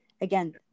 again